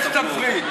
לכן הבאתי את